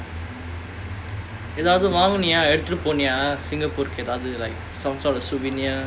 ஏதாவது வாங்குனியா எடுத்துட்டு போனியா:edhaavathu vaanguniyaa eduthuttu poniyaa singapore கு ஏதாவது:ku edhaavathu like some sort of souvenir